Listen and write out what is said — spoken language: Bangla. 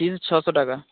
ফিজ ছশো টাকা